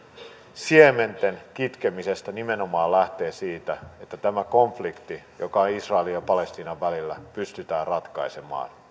siementen kitkemisestä nimenomaan lähtee siitä että tämä konflikti joka on israelin ja palestiinan välillä pystytään ratkaisemaan